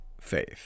faith